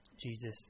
Jesus